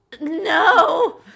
no